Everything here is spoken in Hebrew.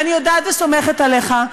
אני יודעת וסומכת עליך,